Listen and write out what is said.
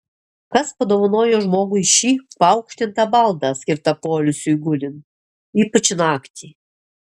kas padovanojo žmogui šį paaukštintą baldą skirtą poilsiui gulint ypač naktį